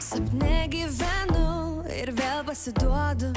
sapne gyvenu ir vėl pasiduodu